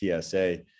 TSA